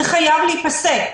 זה חייב להיפסק.